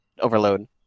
overload